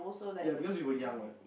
ya because we were young what